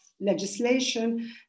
legislation